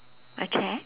a chair